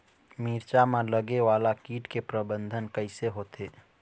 मिरचा मा लगे वाला कीट के प्रबंधन कइसे होथे?